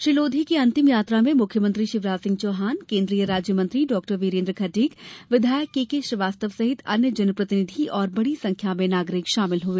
श्री लोधी की अंतिम यात्रा में मुख्यमंत्री शिवराज सिंह चौहान केन्द्रीय राज्य मंत्री वीरेन्द्र खटीक विधायक केकेश्रीवास्तव सहित अन्य जनप्रतिनिधि और बड़ी संख्या में नागरिक शामिल हुए